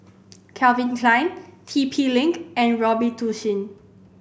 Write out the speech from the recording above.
Calvin Klein T P Link and Robitussin